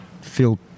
feel